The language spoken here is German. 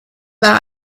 war